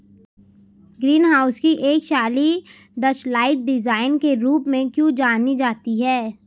Green house की एक शैली डचलाइट डिजाइन के रूप में क्यों जानी जाती है?